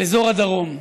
על אזור הדרום.